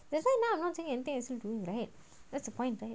that's why now I'm not saying anything I'm still doing right that's the point right